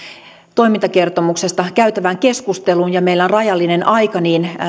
toimintakertomuksesta käytävään keskusteluun ja meillä on rajallinen aika niin